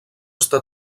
està